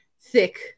thick